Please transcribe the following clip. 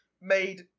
made